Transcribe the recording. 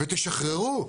ותשחררו.